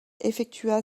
effectua